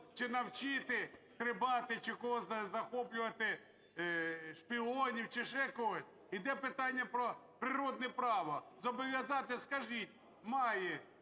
чи навчити стрибати, чи когось захоплювати шпіонів, чи ще когось? Іде питання про природне право. "Зобов'язати" – скажіть "має